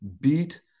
beat